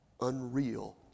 unreal